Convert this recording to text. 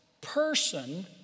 person